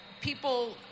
people